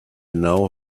know